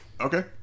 okay